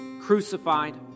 crucified